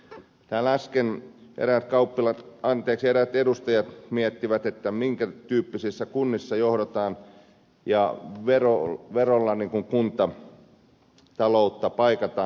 täällä äsken eräät edustajat miettivät minkä tyyppisissä kunnissa johdetaan ja verolla kuntataloutta paikataan